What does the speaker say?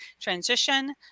transition